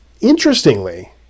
Interestingly